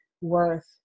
worth